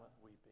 weeping